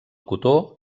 cotó